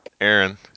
aaron